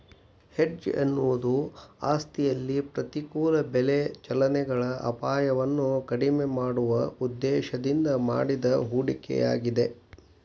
hedge ಎನ್ನುವುದು ಆಸ್ತಿಯಲ್ಲಿ ಪ್ರತಿಕೂಲ ಬೆಲೆ ಚಲನೆಗಳ ಅಪಾಯವನ್ನು ಕಡಿಮೆ ಮಾಡುವ ಉದ್ದೇಶದಿಂದ ಮಾಡಿದ ಹೂಡಿಕೆಯಾಗಿದೆ